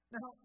Now